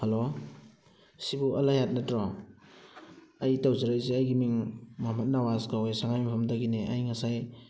hello ꯁꯤꯕꯨ ꯑꯜ ꯍꯌꯥꯠ ꯅꯠꯇ꯭ꯔꯣ ꯑꯩ ꯇꯧꯖꯔꯛꯏꯁꯦ ꯑꯩꯒꯤ ꯃꯤꯡ ꯃꯨꯍꯥꯝꯃꯗ ꯅꯋꯥꯖ ꯀꯧꯋꯦ ꯁꯪꯉꯥꯏꯌꯨꯝꯐꯝꯗꯒꯤꯅꯦ ꯑꯩ ꯉꯁꯥꯏ